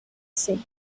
sink